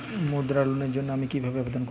মুদ্রা লোনের জন্য আমি কিভাবে আবেদন করবো?